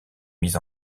mise